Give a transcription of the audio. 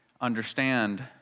understand